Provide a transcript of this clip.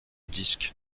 disque